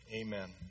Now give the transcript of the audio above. Amen